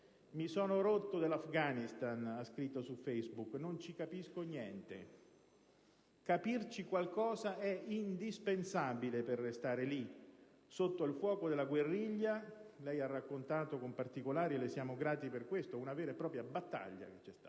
«Mi sono rotto dell'Afghanistan» - ha scritto su Facebook - «non ci capisco niente». Capirci qualcosa è indispensabile per restare lì, sotto il fuoco della guerriglia - lei ha raccontato con particolari, e le siamo grati per questo, di una vera e propria battaglia: non di